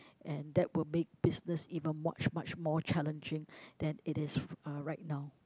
and that would make business even much much more challenging than it is uh right now